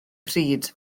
pryd